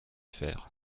faire